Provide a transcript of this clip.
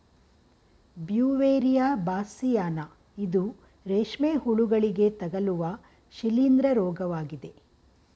Beauveria bassiana ಇದು ರೇಷ್ಮೆ ಹುಳುಗಳಿಗೆ ತಗಲುವ ಶಿಲೀಂದ್ರ ರೋಗವಾಗಿದೆ